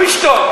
שהוא ישתוק.